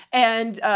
and ah,